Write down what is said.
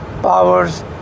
powers